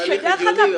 זה הליך זה הליך הגיוני.